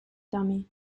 dummy